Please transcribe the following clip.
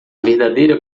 verdadeira